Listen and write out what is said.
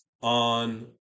on